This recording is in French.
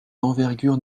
d’envergure